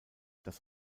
das